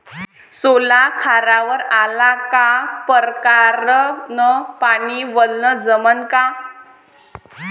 सोला खारावर आला का परकारं न पानी वलनं जमन का?